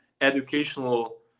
educational